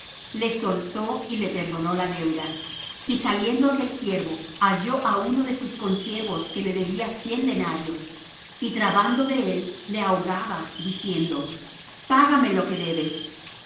le soltó y le perdonó la deuda y saliendo aquel siervo halló á uno de sus consiervos que le debía cien denarios y trabando de él le ahogaba diciendo págame lo que debes